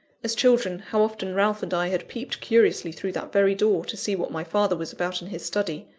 as children, how often ralph and i had peeped curiously through that very door, to see what my father was about in his study,